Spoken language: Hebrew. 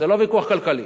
זה לא ויכוח כלכלי.